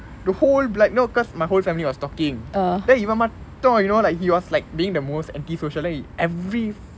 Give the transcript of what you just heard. the whole black no cause my whole family was talking then இவ மட்டும்:iva mattum you know like he was like being the most anti social then he every